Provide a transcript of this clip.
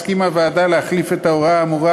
הסכימה הוועדה להחליף את ההוראה האמורה